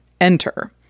enter